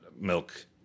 milk